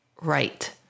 Right